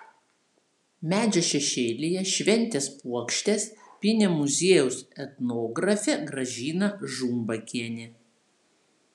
medžio šešėlyje šventės puokštes pynė muziejaus etnografė gražina žumbakienė